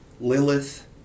Lilith